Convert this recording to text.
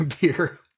beer